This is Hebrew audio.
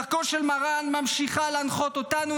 דרכו של מרן ממשיכה להנחות אותנו,